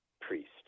priest